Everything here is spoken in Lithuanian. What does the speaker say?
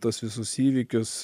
tuos visus įvykius